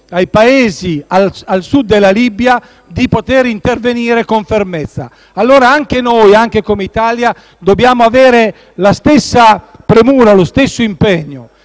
ai Paesi a Sud della Libia, di poter intervenire con fermezza. Anche noi, come Italia, dobbiamo avere la stessa premura e lo stesso impegno.